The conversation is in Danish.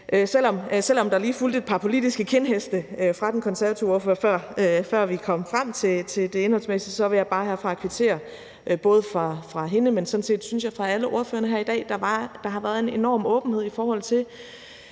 selv om der lige fulgte et par politiske kindheste fra den konservative ordfører, før vi kom frem til det indholdsmæssige, vil jeg bare herfra kvittere både hende, men sådan set, synes jeg, alle ordførerne her i dag, for, at der har været en enorm åbenhed i forhold til